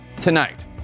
tonight